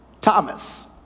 Thomas